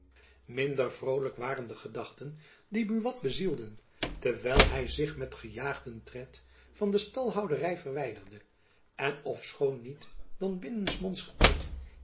vrolijk waren de gedachten die buat bezielden terwijl hy zich met gejaagden tred van de stalhoudery verwijderde en ofschoon niet dan binnensmonds gëuit